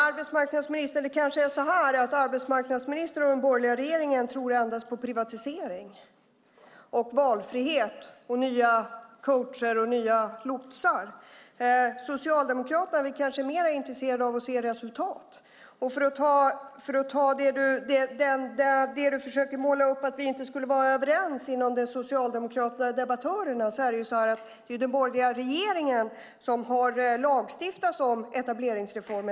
Fru talman! Det kanske är så att arbetsmarknadsministern och den borgerliga regeringen tror endast på privatisering, valfrihet och nya coacher och lotsar. Socialdemokraterna är mer intresserade av att se resultat. Arbetsmarknadsministern försöker måla upp bilden att vi socialdemokratiska debattörer inte skulle vara överens. Men det är den borgerliga regeringen som har lagstiftat om etableringsreformen.